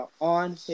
On